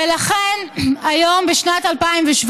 ולכן, היום, בשנת 2017,